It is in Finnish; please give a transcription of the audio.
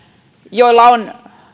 joilla on